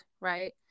right